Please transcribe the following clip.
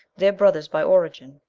their brothers by origin.